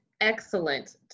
excellent